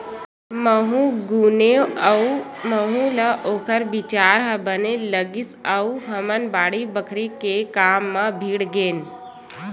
महूँ गुनेव अउ महूँ ल ओखर बिचार ह बने लगिस अउ हमन बाड़ी बखरी के काम म भीड़ गेन